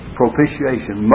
propitiation